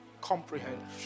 comprehension